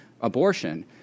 abortion